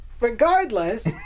Regardless